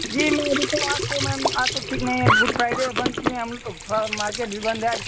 जी ma'am तो आज तो मेम आज तो ठीक नहीं है गुड फ्राइडे है बंद किए हैं हम तो थोड़ा मार्केट भी बंद है